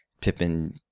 Pippin